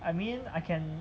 I mean I can